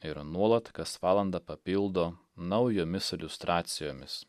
ir nuolat kas valandą papildo naujomis iliustracijomis